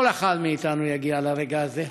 כל אחד מאתנו יגיע לרגע הזה,